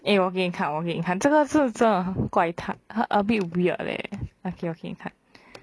eh 我给你看我给你看这个是真的怪胎很 a bit weird leh okay 我给你看